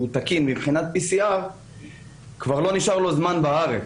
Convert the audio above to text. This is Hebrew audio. תקין מבחינת PCR - כבר לא נשאר לו זמן לשהות בארץ.